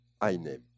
iName